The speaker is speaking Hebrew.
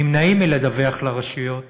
נמנעים מלדווח לרשויות